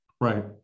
right